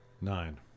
Nine